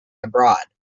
abroad